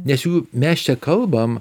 nes jau mes čia kalbam